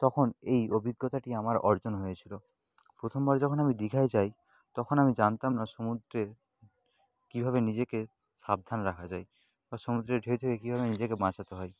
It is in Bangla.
তখন এই অভিজ্ঞতাটি আমার অর্জন হয়েছিলো প্রথমবার যখন আমি দীঘায় যাই তখন আমি জানতাম না সমুদ্রে কীভাবে নিজেকে সাবধান রাখা যায় বা সমুদ্রের ঢেউ থেকে কীভাবে নিজেকে বাঁচাতে হয়